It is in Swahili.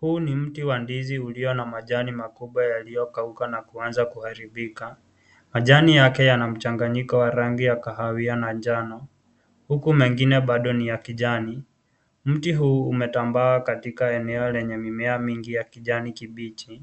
Huu ni mti wa ndizi ulio na majani makubwa yaliyokauka na kuanza kuharibika. Majani yake yana mchanganyiko wa rangi ya kahawia na njana. Huku mengine bado ni ya kijani. Mti huu umetambaa katika eneo lenye mimea mingi ya kijani kibichi.